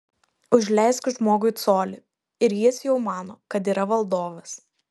užleisk žmogui colį ir jis jau mano kad yra valdovas